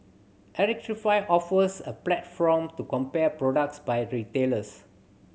electrify offers a platform to compare products by retailers